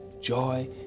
joy